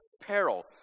peril